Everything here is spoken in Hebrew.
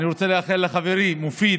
אני רוצה לאחל לחברי מופיד